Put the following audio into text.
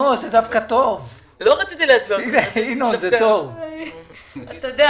אני רק רוצה לומר שהאירוע שאנחנו הגענו למצב הזה הוא תוצאה